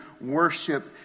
worship